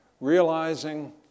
realizing